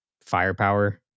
firepower